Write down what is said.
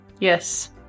Yes